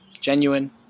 genuine